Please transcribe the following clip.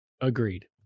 Agreed